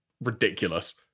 ridiculous